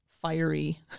fiery